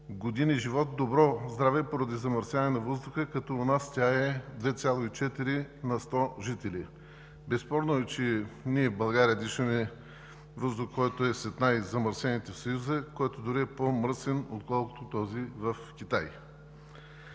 години живот в добро здраве поради замърсяване на въздуха, като у нас той е 2,4 на сто жители. Безспорно е, че ние в България дишаме въздух, който е сред най-замърсените в Съюза, който дори е по-мръсен отколкото този в Китай.